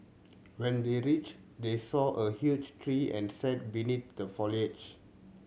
when they reached they saw a huge tree and sat beneath the foliage